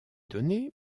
données